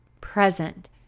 present